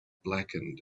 blackened